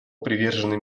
привержены